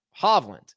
Hovland